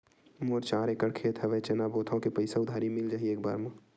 मोर चार एकड़ खेत हवे चना बोथव के पईसा उधारी मिल जाही एक बार मा?